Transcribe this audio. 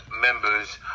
members